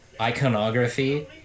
iconography